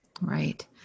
Right